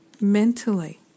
mentally